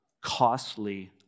costly